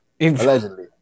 Allegedly